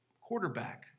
quarterback